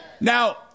Now